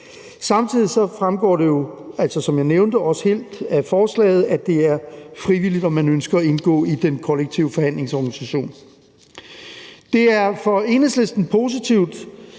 Samtidig fremgår det jo som nævnt også af forslaget, at det er frivilligt, om man ønsker at indgå i den kollektive forhandlingsorganisation. Det er for Enhedslisten positivt,